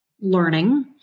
learning